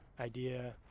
idea